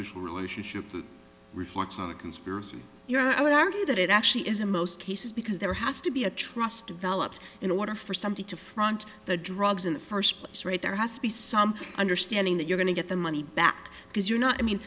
official relationship that reflects on a conspiracy here i would argue that it actually is in most cases because there has to be a trust developed in order for something to front the drugs in the first place right there has to be some understanding that you're going to get the money back because you're not i mean